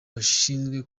bashinzwe